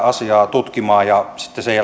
tutkimaan ja sitten sen jälkeen tehdään johtopäätöksiä